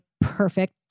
perfect